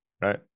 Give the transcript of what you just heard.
right